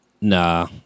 Nah